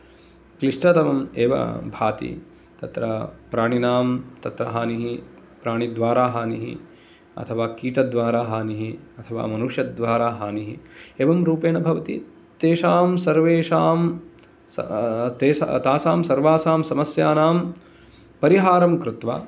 क्लिष्टतमम् एव भाति तत्र प्राणिनां तत्र हानिः प्राणिद्वारा हानिः अथवा कीटद्वारा हानिः अथवा मनुष्यद्वारा हानिः एवं रूपेण भवति तेषां सर्वेषाम् तासां सर्वासां समस्यानां परिहारं कृत्वा